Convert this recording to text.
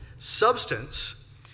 Substance